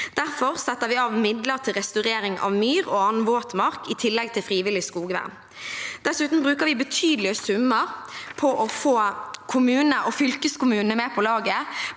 Derfor setter vi av midler til restaurering av myr og annen våtmark, i tillegg til frivillig skogvern. Dessuten bruker vi betydelige summer på å få kommunene og fylkeskommunene med på laget,